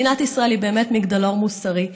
מדינת ישראל היא באמת מגדלור מוסרי.